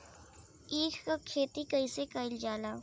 ईख क खेती कइसे कइल जाला?